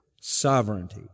sovereignty